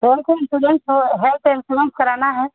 कौन सा इन्सुरेंस है हेल्थ इन्सुरेंस कराना है